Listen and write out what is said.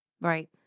Right